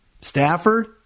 Stafford